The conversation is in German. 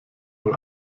mal